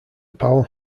powell